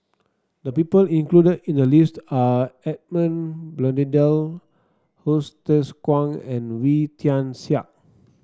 the people included in the list are Edmund Blundell Hsu Tse Kwang and Wee Tian Siak